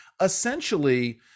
essentially